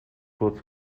kurz